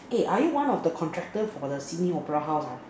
eh are you one of the contractors for the Sydney opera house